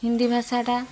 ହିନ୍ଦୀ ଭାଷାଟା